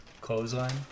clothesline